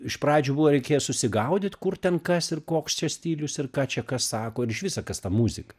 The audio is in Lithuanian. iš pradžių buvo reikėjo susigaudyt kur ten kas ir koks čia stilius ir ką čia kas sako ir iš viso kas ta muzika